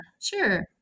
sure